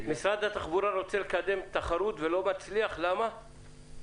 משרד התחבורה רוצה לקדם תחרות ולא מצליח למה?